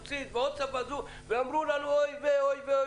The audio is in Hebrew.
גם ואמרו לנו אוי וויי,